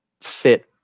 fit